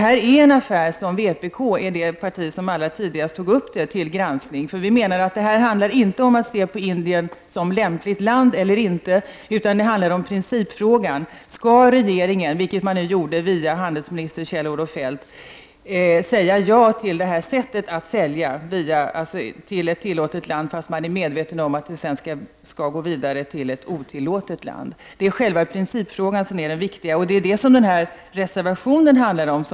Vpk är det parti som allra tidigast tog upp denna affär till granskning. Vi menar att det inte handlar om ifall Indien är ett lämpligt land eller inte, utan det handlar om principfrågan. Skall regeringen, som man gjorde via handelsminister Kjell-Olof Feldt, säga ja till detta sätt att sälja till ett tillåtet land fast man är medveten om att exporten sedan skall gå vidare till ett otillåtet land? Det är själva principfrågan som är det viktiga, och det är detta som reservationen handlar om.